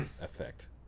effect